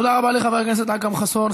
תודה רבה לחבר הכנסת אכרם חסון.